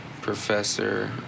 professor